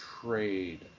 trade